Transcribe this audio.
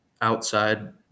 outside